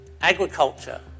agriculture